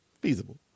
Feasible